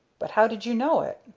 but how did you know it?